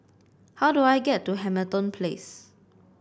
how do I get to Hamilton Place